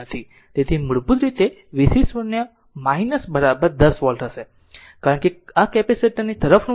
તેથી મૂળભૂત રીતે vc 0 10 વોલ્ટ હશે કારણ કે આ કેપેસિટર ની તરફનું વોલ્ટેજ છે